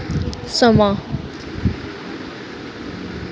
समां